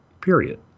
period